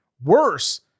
Worse